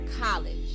college